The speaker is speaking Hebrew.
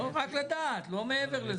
רק לדעת, לא מעבר לזה.